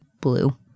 blue